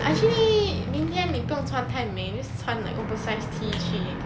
actually 明天你不用穿太美 just 穿 like oversized tee 去